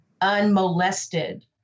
unmolested